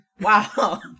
Wow